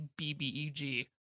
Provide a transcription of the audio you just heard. BBEG